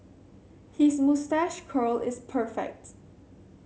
his moustache curl is perfect